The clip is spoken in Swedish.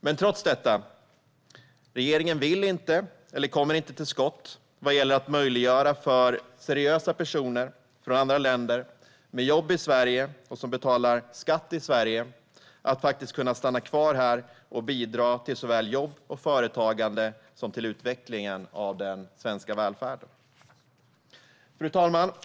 Men trots detta: Regeringen vill inte eller kommer inte till skott vad gäller att möjliggöra för seriösa personer från andra länder med jobb i Sverige, och som betalar skatt i Sverige, att stanna kvar här och bidra såväl till jobb och företagande som till utveckling av den svenska välfärden. Fru talman!